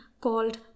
called